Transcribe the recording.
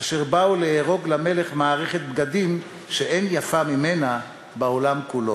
אשר באו לארוג למלך מערכת בגדים שאין יפה ממנה בעולם כולו.